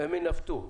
הן ינווטו.